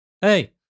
Hey